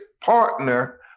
partner